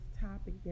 topic